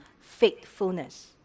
faithfulness